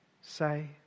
say